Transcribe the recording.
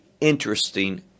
interesting